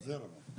לעומת זאת,